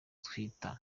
twita